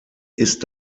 isst